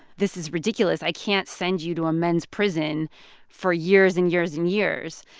this is ridiculous. i can't send you to a men's prison for years and years and years.